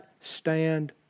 stand